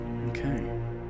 Okay